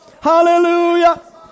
Hallelujah